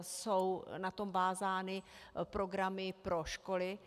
Jsou na to vázány programy pro školy.